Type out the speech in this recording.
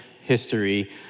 history